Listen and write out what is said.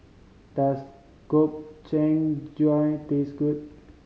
does Gobchang drive taste good